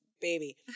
baby